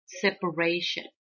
separation